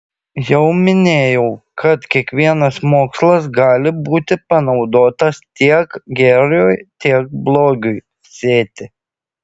jau minėjau kad kiekvienas mokslas gali būti panaudotas tiek gėriui tiek blogiui sėti